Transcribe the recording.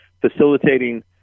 facilitating